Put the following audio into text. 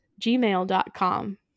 gmail.com